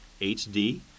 HD